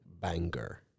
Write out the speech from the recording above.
Banger